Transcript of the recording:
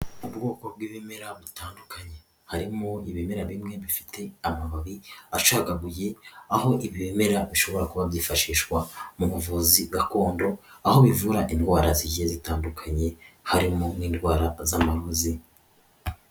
Ubwoko bw'ibimera bitandukanye harimo ibimera bimwe bifite amababi acagaguye aho ibimera bishobora kuba byifashishwa mu buvuzi gakondo, aho bivura indwara zigiye zitandukanye harimo n'indwara z'amarozi.